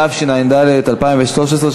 התשע"ד 2013,